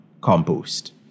compost